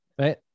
Right